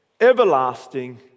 everlasting